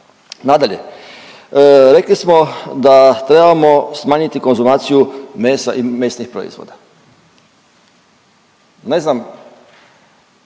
Nadalje, rekli smo da trebamo smanjiti konzumaciju mesa i mesnih proizvoda. Ne znam